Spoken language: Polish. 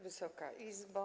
Wysoka Izbo!